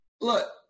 Look